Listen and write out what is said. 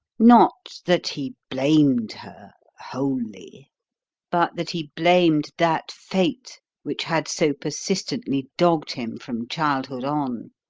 not that he blamed her wholly but that he blamed that fate which had so persistently dogged him from childhood on.